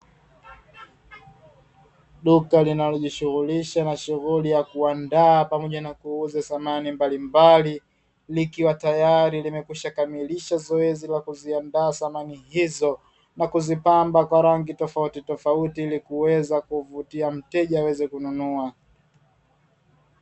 Duka linalojishughulisha na shughuli ya kuandaa pamoja na kuuza samani mbalimbali, likiwa tayari limekwisha kamilisha zoezi la kuziandaa samani hizo na kuzipamba kwa rangi tofautitofauti, ili kuweza kumvutia mteja aweze kununua.